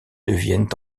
deviennent